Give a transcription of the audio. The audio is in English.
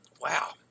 wow